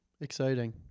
Exciting